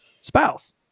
spouse